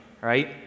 Right